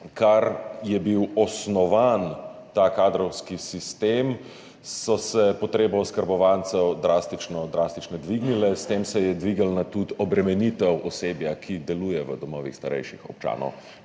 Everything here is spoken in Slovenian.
kar je bil osnovan ta kadrovski sistem, so se potrebe oskrbovancev drastično dvignile, s tem se je dvignila tudi obremenitev osebja, ki deluje v domovih starejših občanov,